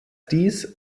dies